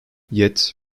yet